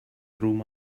through